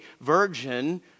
virgin